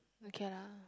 okay lah